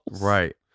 Right